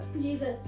Jesus